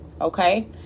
Okay